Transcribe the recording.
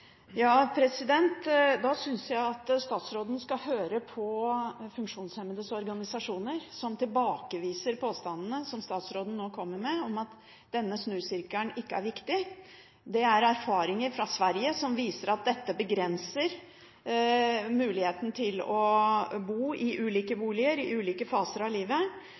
Da syns jeg at statsråden skal høre på de funksjonshemmedes organisasjoner, som tilbakeviser påstandene som statsråden nå kommer med, om at denne snusirkelen ikke er viktig. Det er erfaringer fra Sverige som viser at dette begrenser muligheten til å bo i ulike boliger i ulike faser av livet